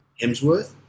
Hemsworth